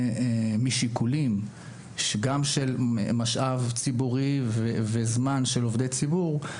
משיקולים של משאב ציבורי וזמן של עובדי ציבור,